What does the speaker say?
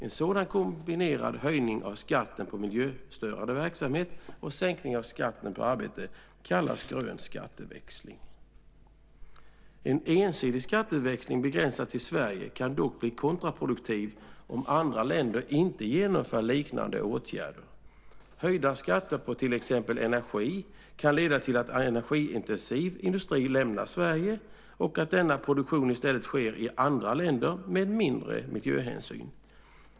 En sådan kombinerad höjning av skatten på miljöstörande verksamhet och sänkning av skatten på arbete kallas grön skatteväxling. En ensidig skatteväxling begränsad till Sverige kan dock bli kontraproduktiv om andra länder inte genomför liknande åtgärder. Höjda skatter på till exempel energi kan leda till att energiintensiv industri lämnar Sverige och att denna produktion i stället sker i andra länder med mindre miljöhänsyn.